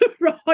Right